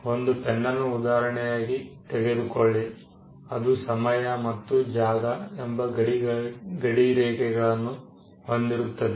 ಒಂದು ಪೆನ್ನನ್ನು ಉದಾಹರಣೆಯಾಗಿ ತೆಗೆದುಕೊಳ್ಳಿ ಅದು ಸಮಯ ಮತ್ತು ಜಾಗ ಎಂಬ ಗಡಿರೇಖೆಗಳನ್ನು ಹೊಂದಿರುತ್ತದೆ